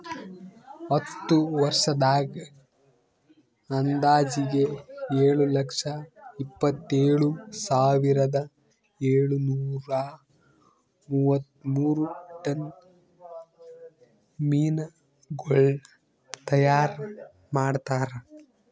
ಹತ್ತು ವರ್ಷದಾಗ್ ಅಂದಾಜಿಗೆ ಏಳು ಲಕ್ಷ ಎಪ್ಪತ್ತೇಳು ಸಾವಿರದ ಏಳು ನೂರಾ ಮೂವತ್ಮೂರು ಟನ್ ಮೀನಗೊಳ್ ತೈಯಾರ್ ಮಾಡ್ತಾರ